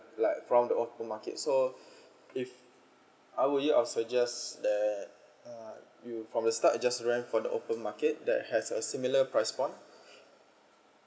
like from the open market so if I were you I'll suggest that just rent for the open market that has a similar price point